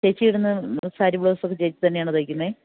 ചേച്ചിയിടുന്ന സാരി ബ്ലൌസൊക്കെ ചേച്ചി തന്നെയാണോ തയ്ക്കുന്നത്